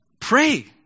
pray